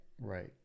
right